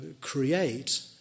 create